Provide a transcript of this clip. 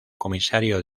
comisario